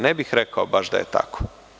Ne bih rekao da je tako.